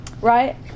right